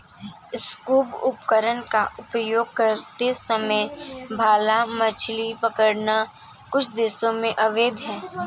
scuba उपकरण का उपयोग करते समय भाला मछली पकड़ना कुछ देशों में अवैध है